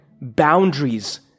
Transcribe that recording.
boundaries